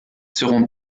seront